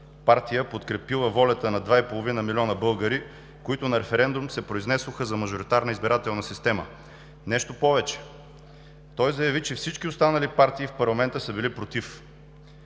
партия, подкрепила волята на 2,5 милиона българи, които на референдум се произнесоха за мажоритарна избирателна система. Нещо повече, той заяви, че всички останали партии в парламента са били против.